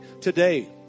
Today